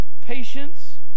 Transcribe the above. patience